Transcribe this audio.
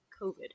covid